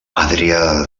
adrià